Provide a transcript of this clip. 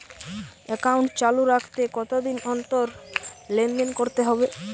Account চালু রাখতে কতদিন অন্তর লেনদেন করতে হবে?